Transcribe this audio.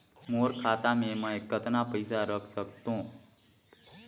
मोर खाता मे मै कतना पइसा रख सख्तो?